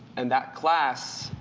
and that class,